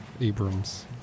Abrams